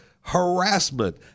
harassment